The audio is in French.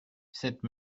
cette